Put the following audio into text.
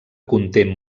conté